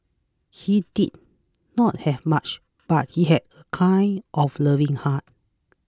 he did not have much but he had a kind of loving heart